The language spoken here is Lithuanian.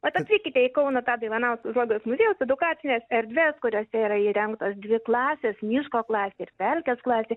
vat atvykite į kauno tado ivanausko zoologijos muziejaus edukacines erdves kuriose yra įrengtos dvi klasės miško klasė ir pelkės klasė